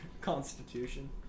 constitution